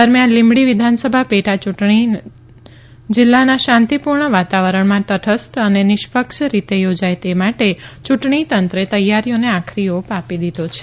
દરમિયાન લીંબડી વિધાનસભા પેટા ચૂંટણી જિલ્લાના શાંતિપૂર્ણ વાતાવરણમાં તટસ્થ અને નિષ્પક્ષ રીતે યોજાય તે માટે યૂંટણી તંત્રે તૈયારીઓને આખરી ઓપ આપી દીધો છે